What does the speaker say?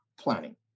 planning